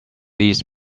leads